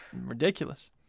ridiculous